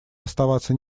оставаться